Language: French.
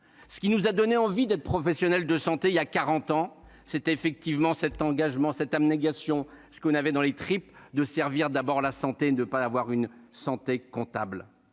Ce qui nous a donné envie d'être professionnels de santé voilà quarante ans, c'était cet engagement, cette abnégation, ce qu'on avait dans les tripes : servir d'abord la santé, ne pas avoir une santé comptable